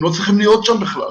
הם לא צריכים להיות שם בכלל.